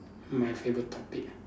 my favourite topic ah